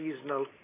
seasonal